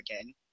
again